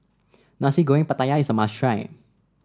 Nasi Goreng Pattaya is a must try